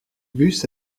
bus